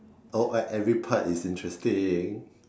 oh uh every part is interesting